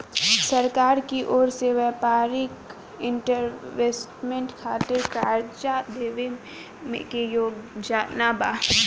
सरकार की ओर से व्यापारिक इन्वेस्टमेंट खातिर कार्जा देवे के योजना बा